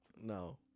no